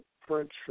French